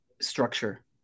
structure